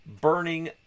burning